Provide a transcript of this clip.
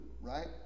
right